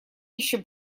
еще